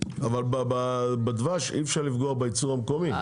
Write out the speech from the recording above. אבל בדבש אי אפשר לפגוע בייצור המקומי,